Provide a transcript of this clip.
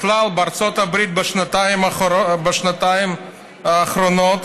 בכלל, בארצות הברית בשנתיים האחרונות